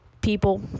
people